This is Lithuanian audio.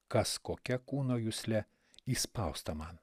kas kokia kūno jusle įspausta man